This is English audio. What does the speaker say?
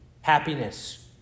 Happiness